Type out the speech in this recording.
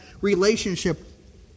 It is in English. relationship